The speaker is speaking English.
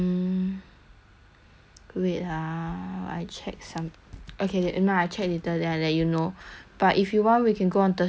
wait ah I check some~ okay th~ I check later then I let you know but if you want we can go on thursday lor then I also go